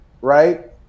right